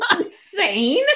insane